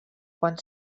quan